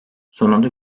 sonunda